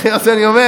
לכן, מה שאני אומר